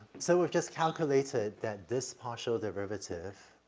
so we've just calculated that this partial derivative,